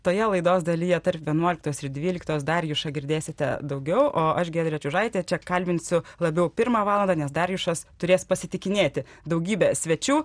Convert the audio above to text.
toje laidos dalyje tarp vienuoliktos ir dvyliktos darijušą girdėsite daugiau o aš giedrė čiužaitė čia kalbinsiu labiau pirmą valandą nes darijušas turės pasitikinėti daugybę svečių